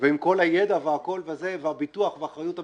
ועם כל הידע והביטוח והאחריות המקצועית,